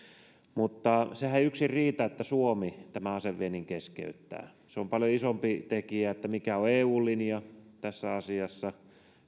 mutta sehän ei yksin riitä että suomi tämän aseviennin keskeyttää se on paljon isompi tekijä että mikä on eun linja tässä asiassa